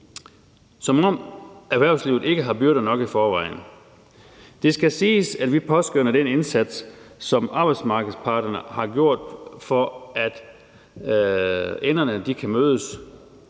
som om erhvervslivet ikke har byrder nok i forvejen. Det skal siges, at vi påskønner den indsats, som arbejdsmarkedets parter har gjort, for at enderne kan mødes,